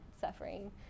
suffering